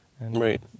Right